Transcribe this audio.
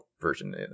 version